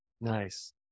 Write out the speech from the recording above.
Nice